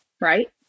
Right